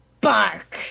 bark